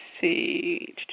see